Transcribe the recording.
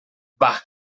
bah